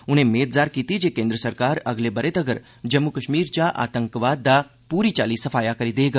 उनें मेद जताई जे केन्द्र सरकार अगले ब'रे तगर जम्मू कश्मीर चा आतंकवाद दा पूरी चाल्ली सफाया करी देग